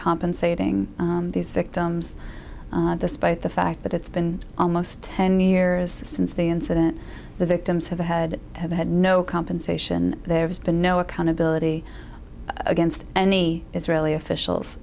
compensating these victims despite the fact that it's been almost ten years since the incident the victims have had have had no compensation there has been no accountability against any israeli officials